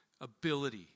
ability